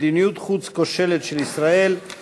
מדיניות חוץ כושלת של ישראל,